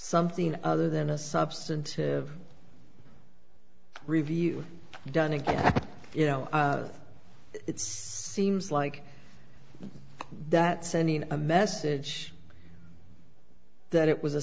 something other than a substantive review done again you know it's seems like that sending a message that it was